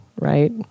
right